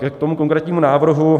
K tomu konkrétnímu návrhu.